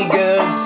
good